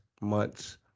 months